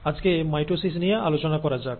আজকে মাইটোসিস নিয়ে আলোচনা করা যাক